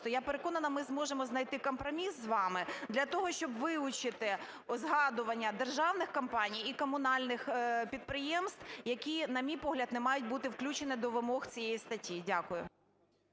Я переконана, ми зможемо знайти компроміс з вами для того, щоб вилучити згадування державних компаній і комунальних підприємств, які, на мій погляд, не мають бути включені до вимог цієї статті. Дякую.